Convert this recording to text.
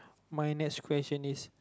my next question is